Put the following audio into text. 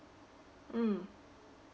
mm